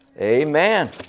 Amen